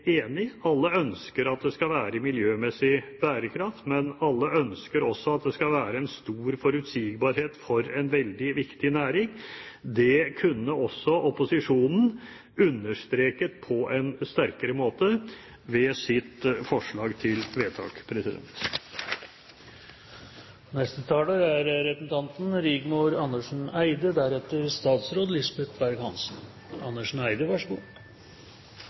Alle ønsker at det skal være miljømessig bærekraft, men alle ønsker også at det skal være en stor forutsigbarhet for en veldig viktig næring. Det kunne også opposisjonen understreket på en sterkere måte ved sitt forslag til vedtak.